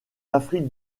afrique